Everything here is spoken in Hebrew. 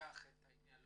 תיקח את העניין.